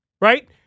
right